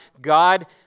God